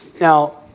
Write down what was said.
Now